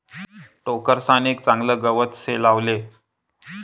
टोकरसान एक चागलं गवत से लावले